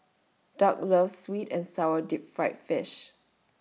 Doug loves Sweet and Sour Deep Fried Fish